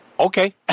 Okay